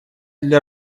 для